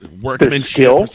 workmanship